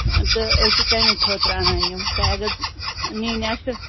تہٕ أسۍ چھِ تَمی خٲطرٕ اَنان یِم تۄہہِ اگر نِنۍ آسہِ